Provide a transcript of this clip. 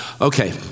Okay